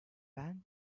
ben